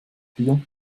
bier